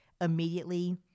immediately